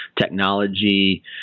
technology